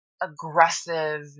aggressive